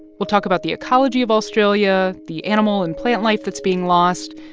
we'll talk about the ecology of australia, the animal and plant life that's being lost.